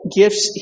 gifts